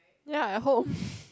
ya at home